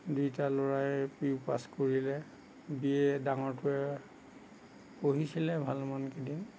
দুয়োটা ল'ৰাই P U pass কৰিলে বি এ ডাঙৰটোৱে পঢ়িছিলে ভালমানকেইদিন